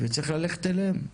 וצריך ללכת אליהם.